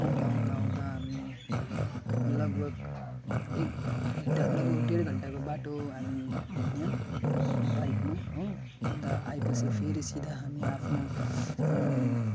आउँदा आउँदा आउँदा हामी लगभग एक घन्टा लगभग डेढ घन्टाको बाटो हामी हिँड्यो बाइकमा हो अन्त आएपछि फेरि सिधा हामी आफ्नो